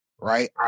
right